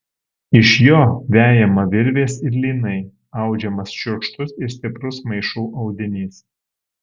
iš jo vejama virvės ir lynai audžiamas šiurkštus ir stiprus maišų audinys